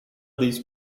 these